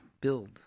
build